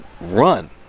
run